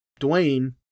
Dwayne